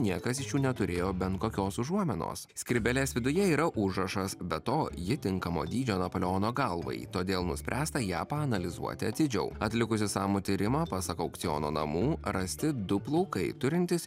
niekas iš jų neturėjo bent kokios užuominos skrybėlės viduje yra užrašas be to ji tinkamo dydžio napoleono galvai todėl nuspręsta ją paanalizuoti atidžiau atlikus išsamų tyrimą pasak aukciono namų rasti du plaukai turintys